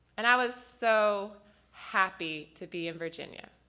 and i was so happy to be in virginia.